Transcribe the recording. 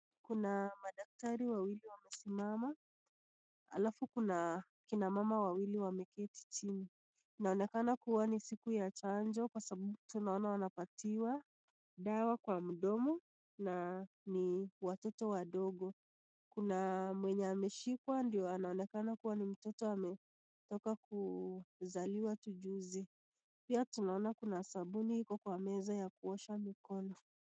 Kuna madaktari wawili wamesimama alafu kuna kina mama wawili wameketi jini, inaonekana ni siku ya chanjo kwa sababu tunaona wanapatiwa dawa kwa mdomo na ni watoto wadogo kuna mwenye ameshikwa ndio anaonekana kuwa ni mtoto ametoka kuzaliwa tu juzi, pia tunaona kuna sabuni iko kwa meza ya kuosha mkono.